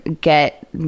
get